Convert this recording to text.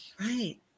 right